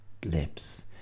blips